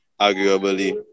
arguably